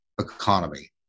economy